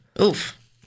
Oof